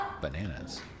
Bananas